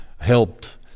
helped